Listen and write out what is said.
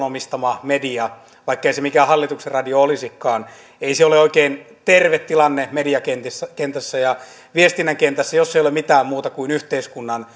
omistama media vaikkei se mikään hallituksen radio olisikaan ei se ole oikein terve tilanne mediakentässä ja viestinnän kentässä jos ei ole mitään muuta kuin yhteiskunnan